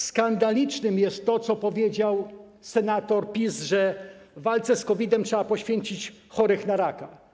Skandaliczne jest to, co powiedział senator PiS, że w walce z COVID-em trzeba poświęcić chorych na raka.